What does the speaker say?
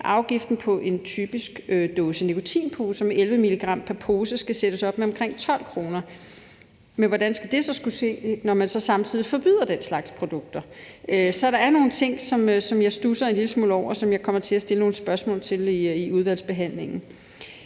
afgiften på en typisk dåse med nikotinposer med 11 mg pr. pose skal sættes op med omkring 12 kr. Men hvordan skal det så kunne ske, når man samtidig forbyder den slags produkter? Så der er nogle ting, som jeg studser en lille smule over, og som jeg kommer til at stille nogle spørgsmål til i udvalgsbehandlingen.